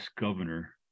governor